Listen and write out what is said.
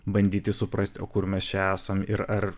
bandyti suprasti o kur mes esam ir ar